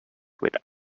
with